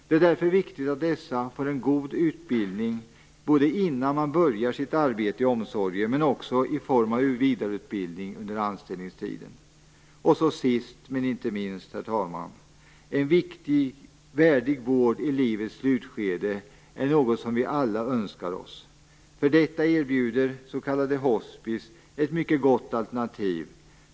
Det är därför viktigt att man får en god utbildning innan man börjar sitt arbete i omsorgen men också att man får vidareutbildning under anställningstiden. Sist men inte minst, herr talman, vill jag säga att en värdig vård i livets slutskede är något som vi alla önskar oss. För detta erbjuder s.k. hospice ett mycket gott alternativ.